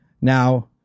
Now